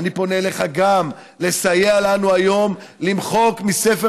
אני פונה אליך גם לסייע לנו היום למחוק מספר